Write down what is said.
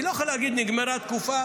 היא לא יכולה להגיד: נגמרה התקופה,